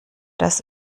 das